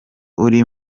uri